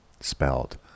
spelled